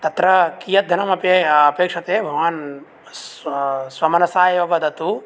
तत्र कियत् धनम् अपे अपेक्ष्यते भवान् स्वमनसा एव वदतु